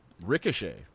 ricochet